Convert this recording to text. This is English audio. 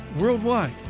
worldwide